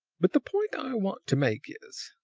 but the point i want to make is,